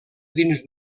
dins